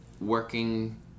working